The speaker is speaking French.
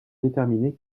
déterminer